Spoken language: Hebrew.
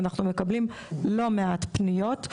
אנחנו מקבלים לא מעט פניות,